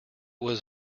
was